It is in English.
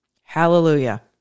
Hallelujah